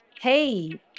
hey